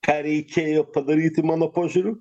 ką reikėjo padaryti mano požiūriu